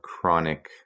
chronic